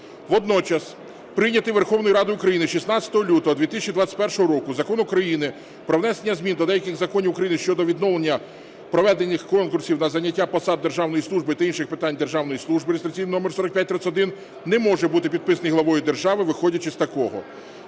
Водночас прийнятий Верховною Радою України 16 лютого 2021 року Закон України "Про внесення змін до деяких законів України щодо відновлення проведених конкурсів на зайняття посад державної служби та інших питань державної служби" (реєстраційний номер 4531) не може бути підписаний главою держави, виходячи з такого.